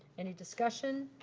any discussion?